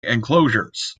enclosures